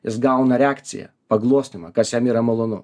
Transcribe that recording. jis gauna reakciją paglostymą kas jam yra malonu